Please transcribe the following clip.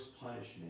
punishment